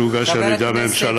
שהוגש על-ידי הממשלה.